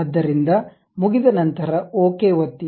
ಆದ್ದರಿಂದ ಮುಗಿದ ನಂತರ ಓಕೆ ಒತ್ತಿ